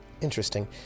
interesting